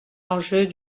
enjeux